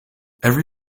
every